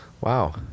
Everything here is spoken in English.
Wow